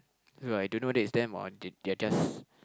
no I don't know that is them or they they are just